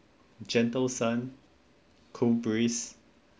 gentle sun cool breeze